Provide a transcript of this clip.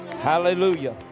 hallelujah